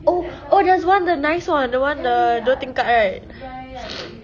oh oh there's one the nice [one] the [one] the dua tingkat right